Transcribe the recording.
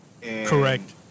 Correct